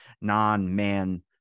non-man